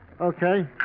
Okay